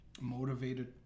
motivated